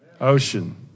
Ocean